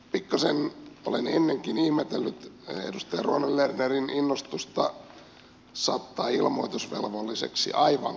pikkasen olen ennenkin ihmetellyt edustaja ruohonen lernerin innostusta saattaa ilmoitusvelvollisiksi aivan kaikki